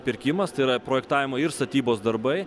pirkimas tai yra projektavimo ir statybos darbai